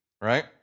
right